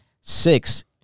Six